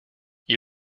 you